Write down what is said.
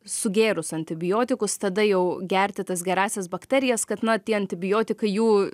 sugėrus antibiotikus tada jau gerti tas gerąsias bakterijas kad na tie antibiotikai jų